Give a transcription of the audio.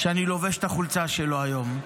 שאני לובש את החולצה שלו היום.